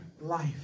life